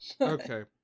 Okay